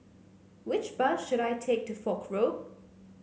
which bus should I take to Foch Road